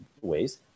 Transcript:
ways